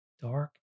Dark